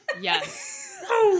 yes